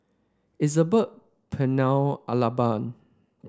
Isabel Pernell Alabama